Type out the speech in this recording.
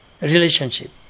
relationship